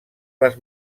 les